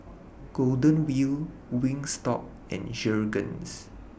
Golden Wheel Wingstop and Jergens